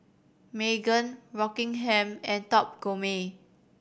Megan Rockingham and Top Gourmet